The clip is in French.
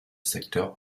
secteur